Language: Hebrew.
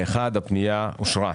פה אחד הפנייה אושרה.